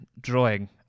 drawing